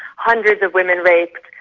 hundreds of women raped,